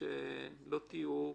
כאשר לא יהיה צילום.